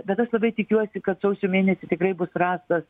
bet aš labai tikiuosi kad sausio mėnesį tikrai bus rastas